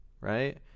right